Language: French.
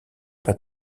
pas